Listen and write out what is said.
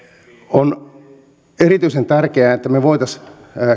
on erityisen tärkeää että me voisimme